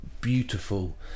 beautiful